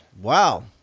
Wow